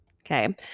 okay